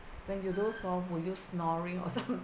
when you doze off would you snoring or something